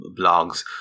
blogs